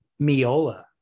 Miola